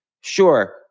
sure